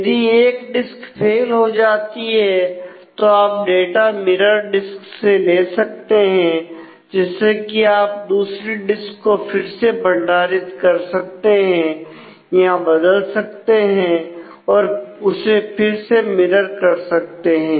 यदि एक disk fail हो जाती है तो आप डाटा मिरर कर सकते हैं